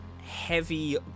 heavy